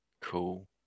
cool